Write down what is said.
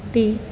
ते